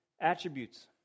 attributes